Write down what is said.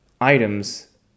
items